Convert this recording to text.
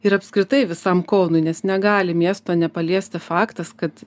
ir apskritai visam kaunui nes negali miesto nepaliesti faktas kad